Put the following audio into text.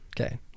Okay